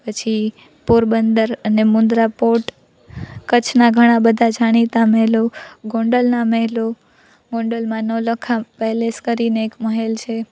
પછી પોરબંદર અને મુંદ્રા પોર્ટ કચ્છના ઘણા બધા જાણીતા મહેલો ગોંડલના મહેલો ગોંડલમાં નવલખા પેલેસ કરીને એક મહેલ છે